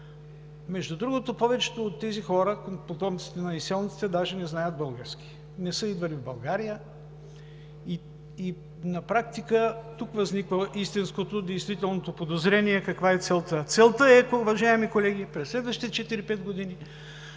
Между другото, повечето от тези хора, потомците на изселниците, даже не знаят български, не са идвали в България и на практика тук възниква действителното подозрение каква е целта. Целта е, уважаеми колеги, през следващите 4 – 5 години